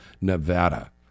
Nevada